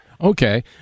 Okay